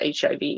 HIV